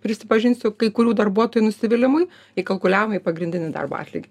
prisipažinsiu kai kurių darbuotojų nusivylimui įkalkuliavom į pagrindinį darbo atlygį